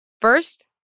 first